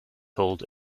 told